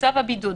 בצו הבידוד.